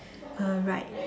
uh right